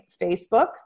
Facebook